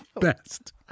best